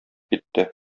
китте